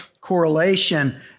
correlation